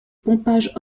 pompage